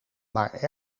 maar